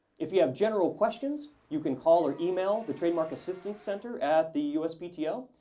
if you have general questions, you can call or email the trademark assistance center at the uspto.